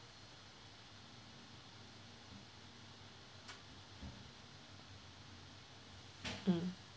mm